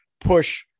push